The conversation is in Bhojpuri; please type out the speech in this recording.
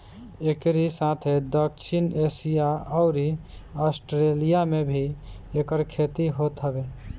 एकरी साथे दक्षिण एशिया अउरी आस्ट्रेलिया में भी एकर खेती होत हवे